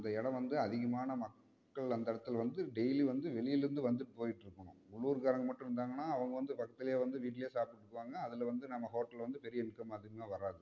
அந்த இடம் வந்து அதிகமான மக்கள் அந்த இடத்துல வந்து டெய்லியும் வந்து வெளிலேருந்து வந்துட்டு போய்கிட்டு இருக்கணும் உள்ளூர்காரங்க மட்டும் இருந்தாங்கன்னால் அவங்க வந்து பக்கத்துலயே வந்து வீட்டிலயே சாப்பிட்டுப்பாங்க அதில் வந்து நம்ம ஹோட்டல் வந்து பெரிய இன்கம் அதிகமாக வராது